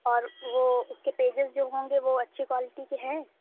اور وہ اُس کے پیجز جو ہوں گے وہ اچھی کوالٹی کے ہیں